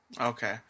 Okay